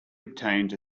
obtained